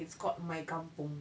it's called my kampung